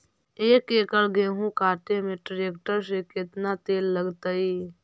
एक एकड़ गेहूं काटे में टरेकटर से केतना तेल लगतइ?